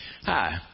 Hi